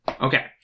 Okay